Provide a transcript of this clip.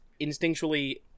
instinctually